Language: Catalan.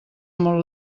molt